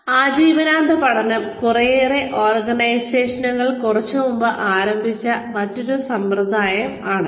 ആജീവനാന്ത പഠനം കുറെയേറെ ഓർഗനൈസേഷനുകൾ കുറച്ച് മുമ്പ് ആരംഭിച്ച മറ്റൊരു സമ്പ്രദായമാണ്